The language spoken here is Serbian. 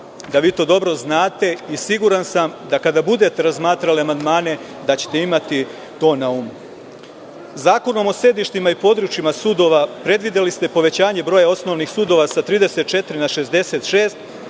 sam da to dobro znate. Siguran sam da ćete, kada budete razmatrali amandmane, to imati na umu. Zakonom o sedištima i područjima sudova predvideli ste povećanje broja osnovnih sudova sa 34 na 66,